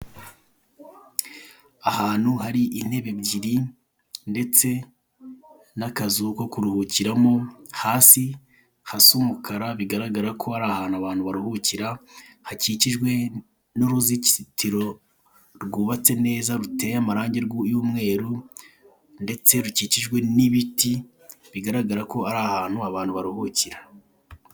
Ahantu hari intebe ebyiri ndetse n'akazu ko kuruhukiramo, hasi hasa umukara bigaragara ko ari ahantu abantu baruhukira, hakikijwe n'uruzitiro rwubatse neza ruteye amarange y'umweru ndetse rukikijwe n'ibiti bigaragara ko ari ahantu abantu baruhukira.